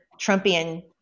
Trumpian